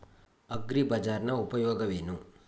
ಅಗ್ರಿಬಜಾರ್ ನ ಉಪಯೋಗವೇನು?